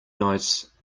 nice